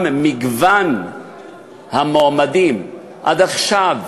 גם מגוון המועמדים, עד עכשיו,